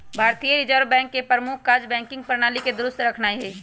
भारतीय Reserve Bank के प्रमुख काज़ बैंकिंग प्रणाली के दुरुस्त रखनाइ हइ